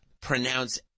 pronounce